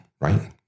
right